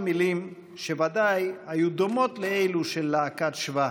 מילים שוודאי היו דומות לאלו של להקת שבא: